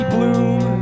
Bloom